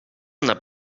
una